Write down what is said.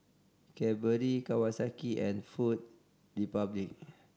Cadbury Kawasaki and Food Republic